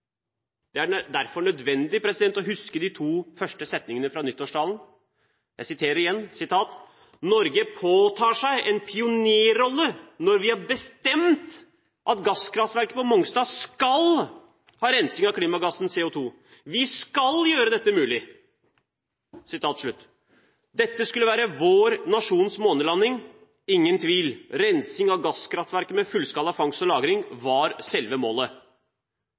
Det er derfor nødvendig å huske de to første setningene fra nyttårstalen – og jeg siterer igjen: «Norge påtar seg en pionerrolle når vi har bestemt at gasskraftverket på Mongstad skal ha rensing av klimagassen CO2. Vi skal gjøre dette mulig.» Dette skulle være vår nasjons månelanding, ingen tvil. Rensing av gasskraftverket med fullskala fangst og lagring var selve målet.